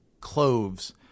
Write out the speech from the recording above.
cloves